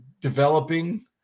Developing